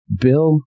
Bill